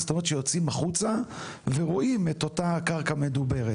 זאת אומרת שיוצאים החוצה ורואים את אותה קרקע מדוברת.